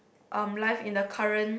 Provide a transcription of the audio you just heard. um life in her current